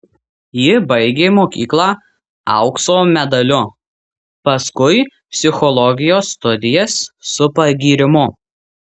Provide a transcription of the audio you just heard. ji baigė mokyklą aukso medaliu paskui psichologijos studijas su pagyrimu